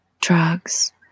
drugs